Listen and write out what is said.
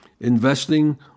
investing